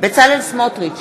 בצלאל סמוטריץ,